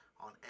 on